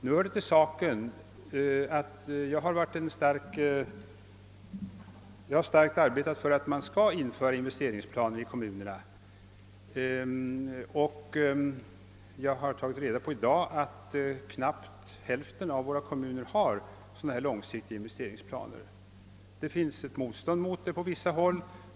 Det hör till saken att jag starkt arbetat för att investeringsplaner skall införas i kommunerna. Jag har i dag inhämtat att knappt hälften av våra kommuner har sådana långsiktiga investeringsplaner. Det finns på vissa håll ett motstånd mot sådana planer.